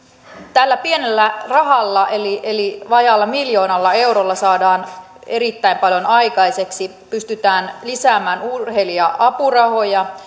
tällä pienellä rahalla eli eli vajaalla miljoonalla eurolla saadaan erittäin paljon aikaiseksi pystytään lisäämään urheilija apurahoja